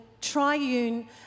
triune